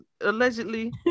allegedly